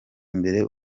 imbere